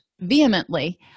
vehemently